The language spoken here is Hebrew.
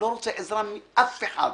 לא רוצה עזרה מאף אחד.